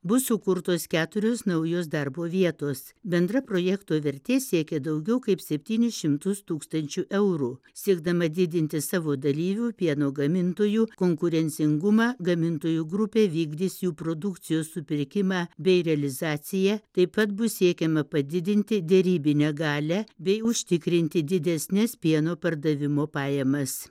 bus sukurtos keturios naujos darbo vietos bendra projekto vertė siekia daugiau kaip septynis šimtus tūkstančių eurų siekdama didinti savo dalyvių pieno gamintojų konkurencingumą gamintojų grupė vykdys jų produkcijos supirkimą bei realizaciją taip pat bus siekiama padidinti derybinę galią bei užtikrinti didesnes pieno pardavimo pajamas